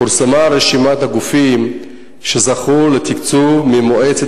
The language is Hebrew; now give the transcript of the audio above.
פורסמה רשימת הגופים שזכו לתקצוב ממועצת